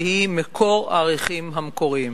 שהיא מקור האריחים המקוריים.